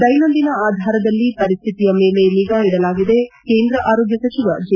ದೈನಂದಿನ ಆಧಾರದಲ್ಲಿ ಪರಿಸ್ಥಿತಿಯ ಮೇಲೆ ನಿಗಾ ಇಡಲಾಗಿದೆ ಕೇಂದ್ರ ಆರೋಗ್ಲ ಸಚಿವ ಜೆ